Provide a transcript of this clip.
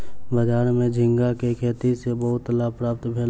बजार में झींगा के खेती सॅ बहुत लाभ प्राप्त भेल